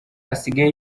asigaye